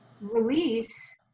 release